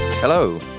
Hello